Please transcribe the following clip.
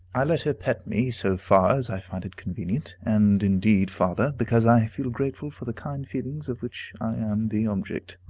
i let her pet me, so far as i find it convenient, and, indeed, farther, because i feel grateful for the kind feelings of which i am the object.